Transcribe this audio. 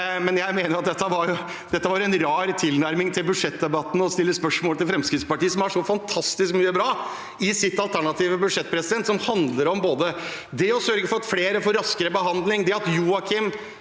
i. Jeg mener dette var en rar tilnærming til budsjettdebatten, å stille dette spørsmålet til Fremskrittspartiet, som har så fantastisk mye bra i sitt alternative budsjett. Det handler om det å sørge for at flere får raskere behandling, og det at Joakim